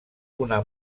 una